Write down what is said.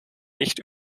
nicht